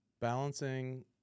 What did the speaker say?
Balancing